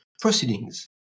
proceedings